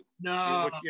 no